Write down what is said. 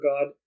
God